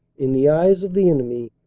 in the eyes of the enemy,